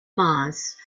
maß